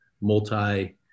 multi